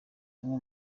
amwe